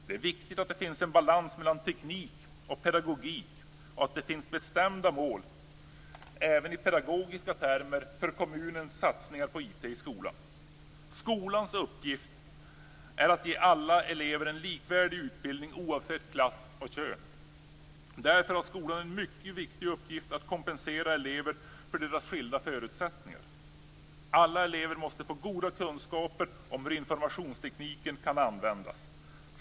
Det är viktigt att det finns en balans mellan teknik och pedagogik och att det finns bestämda mål även i pedagogiska termer för kommunernas satsningar på IT i skolan. Skolans uppgift är att ge alla elever en likvärdig utbildning oavsett klass och kön. Därför har skolan en mycket viktig uppgift att kompensera elever för deras skilda förutsättningar. Alla elever måste få goda kunskaper om hur informationstekniken kan användas.